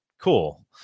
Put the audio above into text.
cool